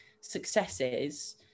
successes